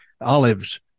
olives